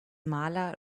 maler